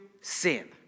sin